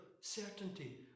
certainty